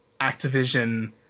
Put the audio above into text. Activision